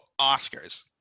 Oscars